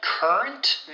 Current